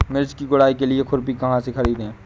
मिर्च की गुड़ाई के लिए खुरपी कहाँ से ख़रीदे?